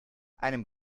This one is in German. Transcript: einem